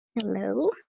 hello